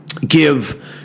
give